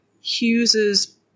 Hughes's